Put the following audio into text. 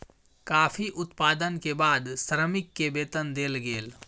coffee उत्पादन के बाद श्रमिक के वेतन देल गेल